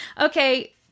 Okay